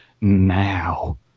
now